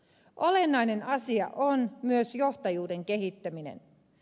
olennainen asia on myös johtajuuden kehittäminen